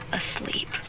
asleep